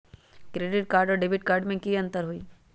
Credit card और debit card में की अंतर हई?